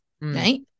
right